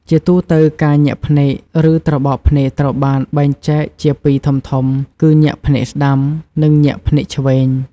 ជាទូទៅ ការញាក់ភ្នែក ឬត្របកភ្នែកត្រូវបានបែងចែកជាពីរធំៗ គឺ ញាក់ភ្នែកស្តាំ និងញាក់ភ្នែកឆ្វេង។